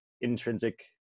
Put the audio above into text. intrinsic